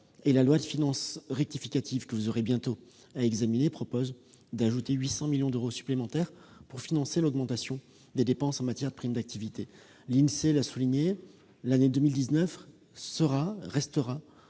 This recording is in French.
et la loi de finances rectificative que vous aurez bientôt à examiner tend à ajouter 800 millions d'euros supplémentaires pour financer l'augmentation des dépenses en matière de prime d'activité. L'Insee l'a souligné, 2019 restera